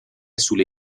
sulle